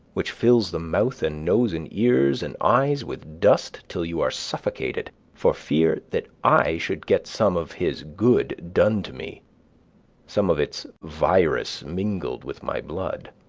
which fills the mouth and nose and ears and eyes with dust till you are suffocated, for fear that i should get some of his good done to me some of its virus mingled with my blood.